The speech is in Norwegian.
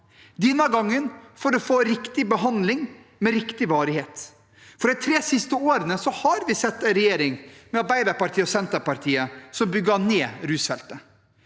denne gangen for å få riktig behandling med riktig varighet. De tre siste årene har vi sett en regjering, med Arbeiderpartiet og Senterpartiet, som bygger ned rusfeltet.